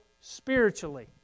spiritually